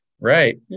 Right